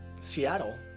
Seattle